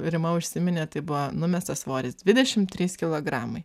rima užsiminė tai buvo numestas svoris dvidešimt trys kilogramai